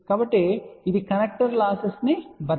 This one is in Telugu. కాబట్టి ఇది కనెక్టర్ లాస్సెస్ ను భర్తీ చేస్తుంది 0